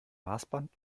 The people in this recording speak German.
maßband